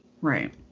Right